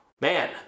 Man